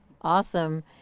Awesome